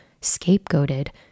scapegoated